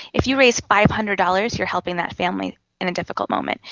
if you raise five hundred dollars you're helping that family in a difficult moment.